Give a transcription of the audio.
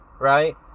right